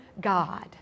God